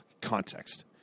context